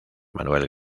manuel